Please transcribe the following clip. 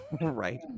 right